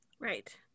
right